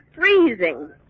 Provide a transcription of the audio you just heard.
freezing